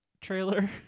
trailer